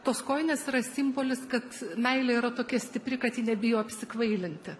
tos kojinės yra simbolis kad meilė yra tokia stipri kad ji nebijo apsikvailinti